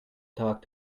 talk